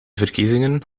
verkiezingen